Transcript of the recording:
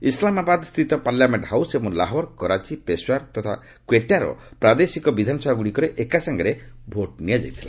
ଇସ୍ଲାମାବାଦ ସ୍ଥିତ parliament house ଏବଂ ଲାହୋର୍ କରାଚି ପେଶୱାର୍ ତଥା କ୍ୱେଟାର ପ୍ରାଦେଶିକ ବିଧାନସଭାଗୁଡ଼ିକରେ ଏକା ସାଙ୍ଗରେ ଭୋଟ୍ ନିଆଯାଇଥିଲା